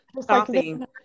stopping